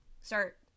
start